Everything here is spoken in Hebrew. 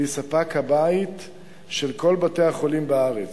והיא ספק הבית של כל בתי-החולים בארץ,